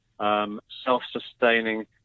self-sustaining